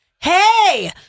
Hey